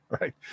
Right